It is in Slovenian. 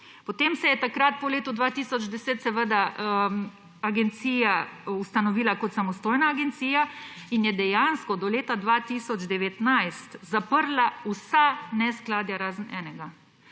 Potem se je takrat po letu 2010 agencija ustanovila kot samostojna agencija in je dejansko do leta 2019 zaprla vsa neskladja, razen enega.